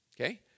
Okay